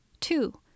Two